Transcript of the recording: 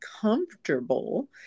comfortable